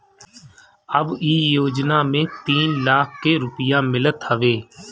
अब इ योजना में तीन लाख के रुपिया मिलत हवे